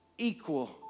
equal